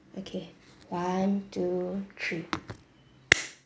okay one two three